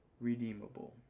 redeemable